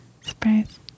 surprise